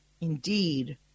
indeed